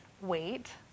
wait